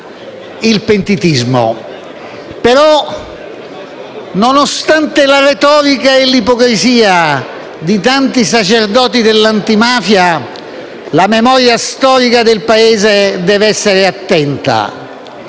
il pentitismo. Tuttavia, nonostante la retorica e l'ipocrisia di tanti sacerdoti dell'antimafia, la memoria storica del Paese deve saper essere attenta.